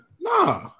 Nah